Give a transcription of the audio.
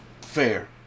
Fair